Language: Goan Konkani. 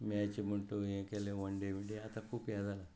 मॅच म्हूण तूं हें केलें वन डे बीन डे आतां खूब हें जालां